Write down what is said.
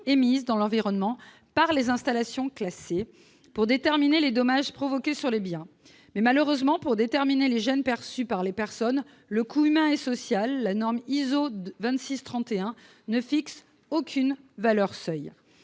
émises dans l'environnement par les installations classées pour la protection de l'environnement, pour déterminer les dommages provoqués sur les biens. Malheureusement, pour déterminer les gênes perçues par les personnes, le coût humain et social, la norme ISO 2631 ne fixe aucune valeur seuil.